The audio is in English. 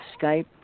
Skype